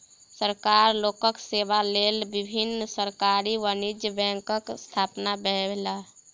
सरकार लोकक सेवा लेल विभिन्न सरकारी वाणिज्य बैंकक स्थापना केलक